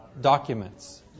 documents